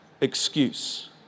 excuse